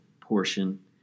portion